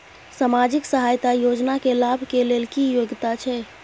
सामाजिक सहायता योजना के लाभ के लेल की योग्यता छै?